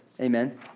Amen